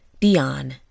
Dion